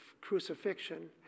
crucifixion